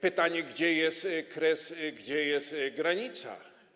Pytanie, gdzie jest kres, gdzie jest granica.